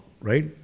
right